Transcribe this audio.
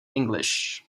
english